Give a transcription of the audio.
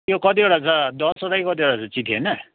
यो कतिवटा छ दसवटा कि कतिवटा छ चिट्ठी हैन